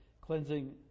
cleansing